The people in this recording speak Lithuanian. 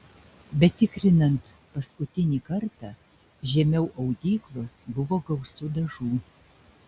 bet tikrinant paskutinį kartą žemiau audyklos buvo gausu dažų